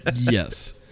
Yes